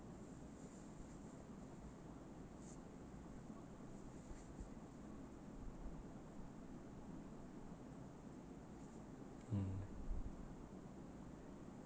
mm